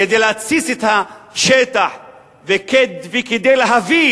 כדי להתסיס את השטח וכדי להביא